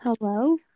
Hello